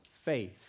faith